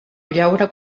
llaura